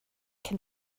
can